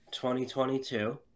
2022